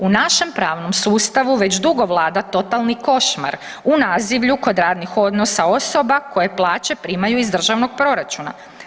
U našem pravnom sustavu već dugo vlada totalni košmar u nazivlju kod radnih odnosa osoba koje plaće primaju iz državnog proračuna.